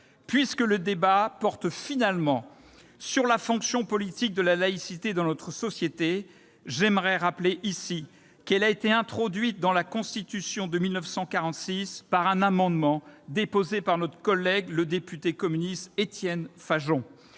Puisque le débat porte finalement sur la fonction politique de la laïcité dans notre société, j'aimerais rappeler ici que celle-ci a été introduite dans la Constitution de 1946 par un amendement déposé par notre collègue et député communiste Étienne Fajon.